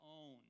own